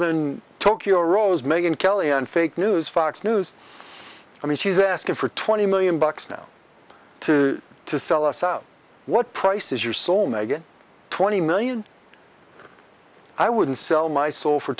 than tokyo rose megan kelly and fake news fox news i mean she's asking for twenty million bucks now to to sell us out what prices are so negative twenty million i wouldn't sell my soul for